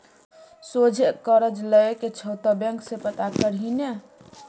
सोझे करज लए के छौ त बैंक सँ पता करही ने